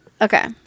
Okay